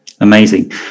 amazing